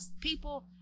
people